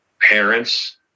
Parents